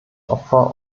opfer